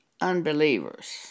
unbelievers